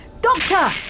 Doctor